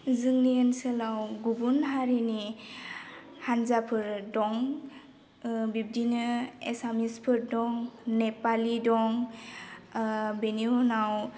जोंनि ओनसोलाव गुबुन हारिनि हान्जाफोर दं बिब्दिनो एसामिसफोर दं नेपालि दं बेनि उनाव